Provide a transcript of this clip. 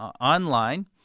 online